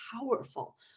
powerful